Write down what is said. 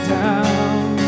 down